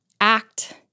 act